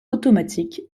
automatique